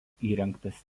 įrengtas